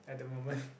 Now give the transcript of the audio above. at the moment